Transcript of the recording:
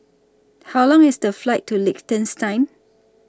How Long IS The Flight to Liechtenstein